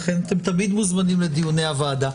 לכן תמיד אתם מוזמנים לדיונים של הוועדה.